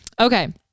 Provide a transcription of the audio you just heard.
Okay